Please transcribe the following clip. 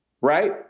right